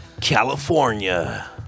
California